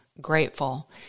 grateful